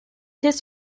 his